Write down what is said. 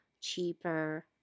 cheaper